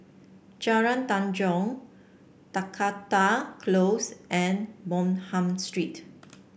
Jalan Tanjong Dakota Close and Bonham Street